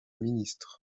ministre